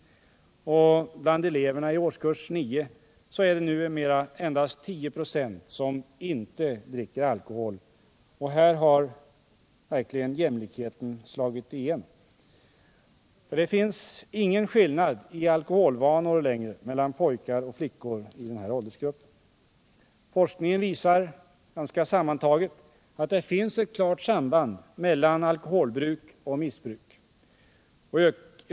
Bland eleverna i årskurs 9 är det endast 10 96 som inte dricker alkohol, och här har ”jämlikheten” verkligen slagit igenom. Det finns ingen skillnad i alkoholvanor mellan pojkar och flickor i den åldersgruppen. Forskningen visar att det finns ett klart samband mellan alkoholbruk och missbruk.